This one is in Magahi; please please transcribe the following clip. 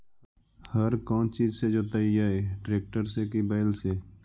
हर कौन चीज से जोतइयै टरेकटर से कि बैल से?